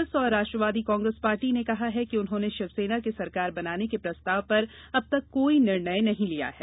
कांग्रेस और राष्ट्रवादी कांग्रेस पार्टी ने कहा है कि उन्होंने शिवसेना के सरकार बनाने के प्रस्ताव पर अब तक कोई निर्णय नहीं लिया है